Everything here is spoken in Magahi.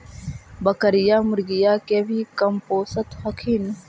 बकरीया, मुर्गीया के भी कमपोसत हखिन?